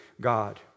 God